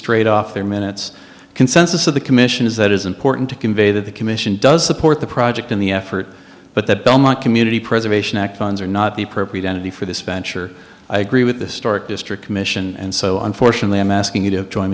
straight off their minutes consensus of the commission is that is important to convey that the commission does support the project in the effort but that don't want community preservation act funds are not the appropriate energy for this venture i agree with historic district commission and so unfortunately i'm asking you to join